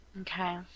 Okay